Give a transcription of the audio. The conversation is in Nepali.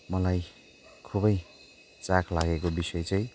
मलाई खुबै चाख लागेको बिषय चाहिँ